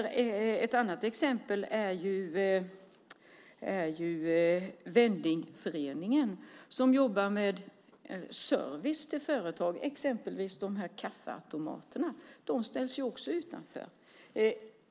Ett annat exempel är Vendingföreningen, som jobbar med service till företag. Det handlar exempelvis om kaffeautomaterna vi har här. De ställs också utanför.